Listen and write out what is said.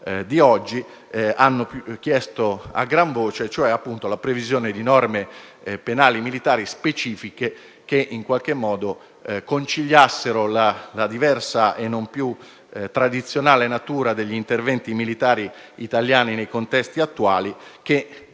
oggi, hanno chiesto a gran voce: appunto, la previsione di norme penali militari specifiche che, in qualche modo, conciliassero la diversa e non più tradizionale natura degli interventi militari italiani nei contesti attuali, che